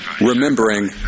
Remembering